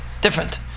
different